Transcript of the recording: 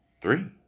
three